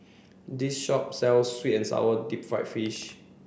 this shop sells sweet and sour deep fried fish